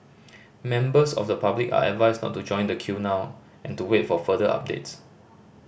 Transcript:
members of the public are advised not to join the queue now and to wait for further updates